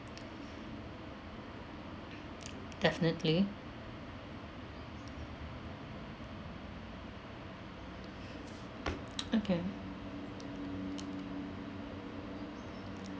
definitely okay